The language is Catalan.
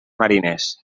mariners